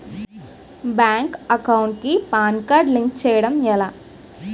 Bank account కి PAN card link చేయడం ఎలా?